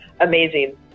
amazing